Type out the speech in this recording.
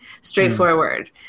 straightforward